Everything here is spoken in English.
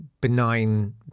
benign